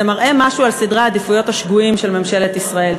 זה מראה משהו על סדרי העדיפויות השגויים של ממשלת ישראל.